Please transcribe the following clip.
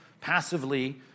passively